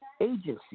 agency